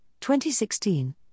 2016